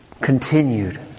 Continued